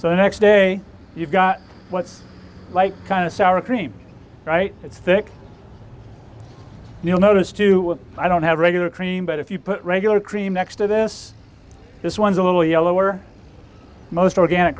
the next day you've got what's like kind of sour cream right it's thick and you'll notice too i don't have regular cream but if you put regular cream next to this this one's a little yellow or most organic